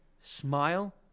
smile